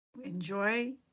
enjoy